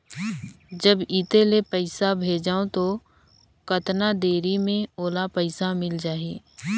जब इत्ते ले पइसा भेजवं तो कतना देरी मे ओला पइसा मिल जाही?